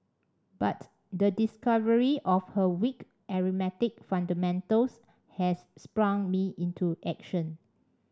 but the discovery of her weak arithmetic fundamentals has sprung me into action